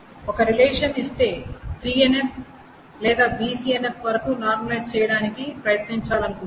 ఒక రిలేషన్ ఇస్తే 3NF లేదా BCNF వరకు నార్మలైజ్ చెయ్యటానికి ప్రయత్నించాలనుకుంటారు